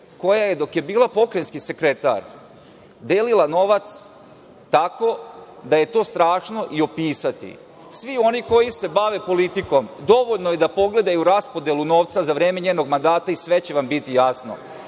koja je dok je bila pokrajinski sekretar delila novac tako da je to strašno i opisati. Svi oni koji se bave politikom dovoljno je da pogledaju raspodelu novca za vreme njenog mandata i sve će vam biti jasno,